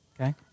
okay